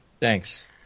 Thanks